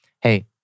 hey